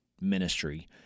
ministry